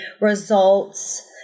results